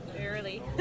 early